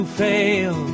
fail